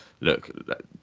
look